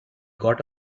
got